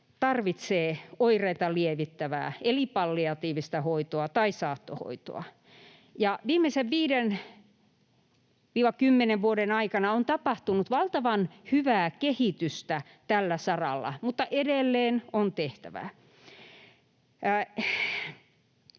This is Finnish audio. tarvitsee oireita lievittävää eli palliatiivista hoitoa tai saattohoitoa. Viimeisen 5—10 vuoden aikana on tapahtunut valtavan hyvää kehitystä tällä saralla, mutta edelleen on tehtävää.